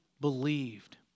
believed